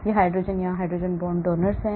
यह हाइड्रोजन यहाँ hydrogen bond donor है